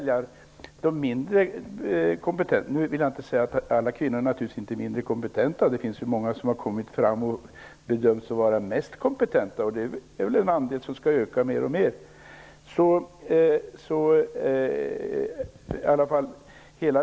Jag vill inte påstå att alla kvinnor är mindre kompetenta än män, utan många kvinnor har ju bedömts vara de mest kompetenta, och andelen sådana kvinnor skall väl bli allt större.